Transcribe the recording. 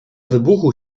wybuchu